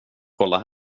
kolla